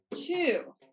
two